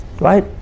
right